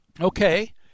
Okay